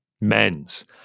Men's